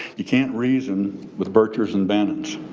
you can't reason with burglars and bandits.